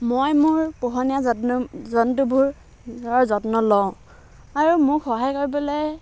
মই মোৰ পোহনীয়া জত্নু জন্তুবোৰৰ যত্ন লওঁ আৰু মোক সহায় কৰিবলৈ